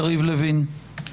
יריב לוין.